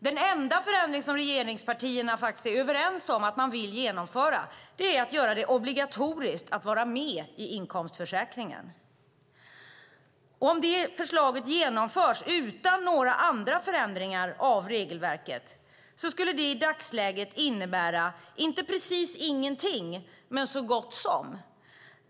Den enda förändring som regeringspartierna faktiskt är överens om att man vill genomföra är att göra det obligatoriskt att vara med i inkomstförsäkringen. Om det förslaget genomförs utan några andra förändringar av regelverket skulle det i dagsläget innebära så gott som ingenting.